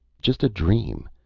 just a dream!